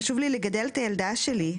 חשוב לי לגדל את הילדה שלי.